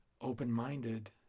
open-minded